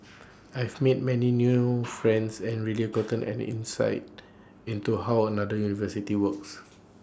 I've made many new friends and really gotten an insight into how another university works